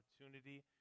opportunity